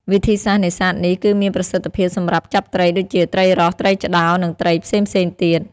វិធីសាស្ត្រនេសាទនេះគឺមានប្រសិទ្ធភាពសម្រាប់ចាប់ត្រីដូចជា ត្រីរ៉ស់ ត្រីឆ្ដោ និងត្រីផ្សេងៗទៀត។